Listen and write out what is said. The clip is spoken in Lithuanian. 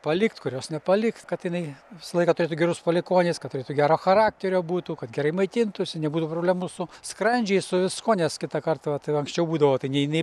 palikt kurios nepalikt kad jinai visą laiką turėtų gerus palikuonis kad turėtų gero charakterio būtų kad gerai maitintųsi nebūtų problemų su skrandžiais su viskuo nes kitą kartą vat tai va anksčiau būdavo tai nei jinai